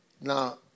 Now